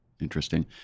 Interesting